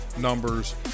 numbers